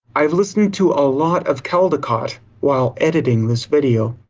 i've listening to a lot of caldicott while editing this video.